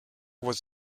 was